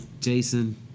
Jason